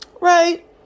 Right